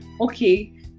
Okay